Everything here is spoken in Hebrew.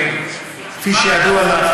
כפי שידוע לך,